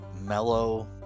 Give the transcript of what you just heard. mellow